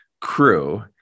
crew